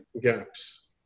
gaps